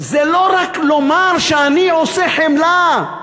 זה לא רק לומר שאני עושה חמלה.